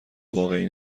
واقعی